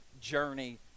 journey